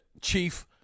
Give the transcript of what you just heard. Chief